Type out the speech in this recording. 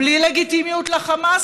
בלי לגיטימיות לחמאס,